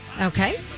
Okay